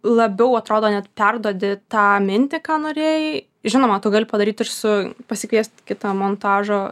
labiau atrodo net perduodi tą mintį ką norėjai žinoma tu gali padaryt ir su pasikviest kitą montažo